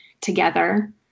together